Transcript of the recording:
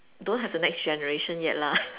don't have the next generation yet lah